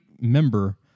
member